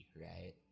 right